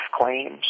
claims